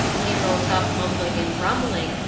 he rose up, mumbling and grumbling,